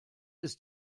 ist